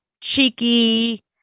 cheeky